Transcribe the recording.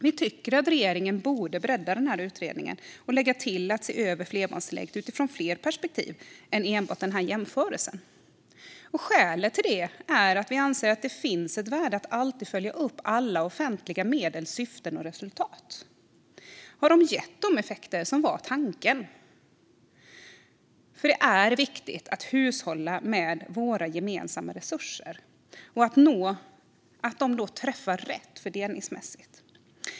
Vi tycker att regeringen borde bredda utredningen och lägga till att se över flerbarnstillägget utifrån fler perspektiv än enbart denna jämförelse. Skälet är att vi anser att det finns ett värde i att alltid följa upp alla offentliga medels syften och resultat. Har de gett de effekter som var tanken? Det är viktigt att hushålla med våra gemensamma resurser och att de träffar rätt fördelningsmässigt.